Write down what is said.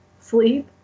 sleep